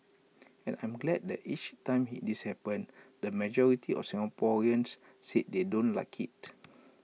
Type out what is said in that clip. and I'm glad that each time this happens the majority of Singaporeans say they don't like IT